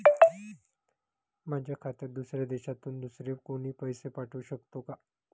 माझ्या खात्यात दुसऱ्या देशातून दुसरे कोणी पैसे पाठवू शकतो का?